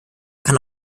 kann